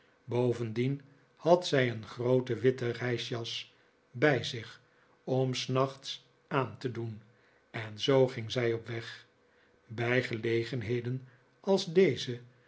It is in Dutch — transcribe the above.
bovendien had zij een groote witte reisjas bij zich om s hachts aan te doen en zoo ging zij op weg bij gelegenheden als deze